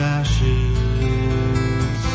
ashes